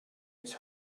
its